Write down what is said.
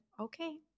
okay